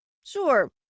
Sure